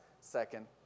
second